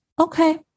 okay